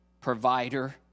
provider